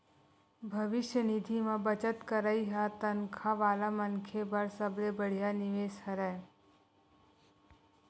भविस्य निधि म बचत करई ह तनखा वाला मनखे बर सबले बड़िहा निवेस हरय